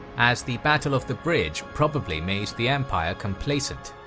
as the battle of the bridge probably made the empire complacent.